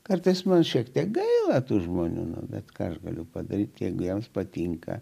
kartais man šiek tiek gaila tų žmonių bet ką aš galiu padaryti jeigu jiems patinka